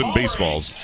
baseballs